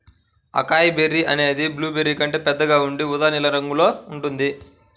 acai berry అనేది blueberry కంటే పెద్దగా ఉండి ఊదా నీలం రంగులో ఉంటుంది